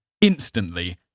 instantly